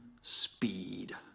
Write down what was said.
speed